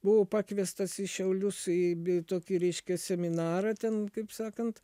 buvau pakviestas į šiaulius į tokį reiškia seminarą ten kaip sakant